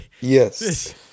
Yes